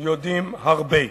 יודעים הרבה.